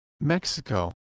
Mexico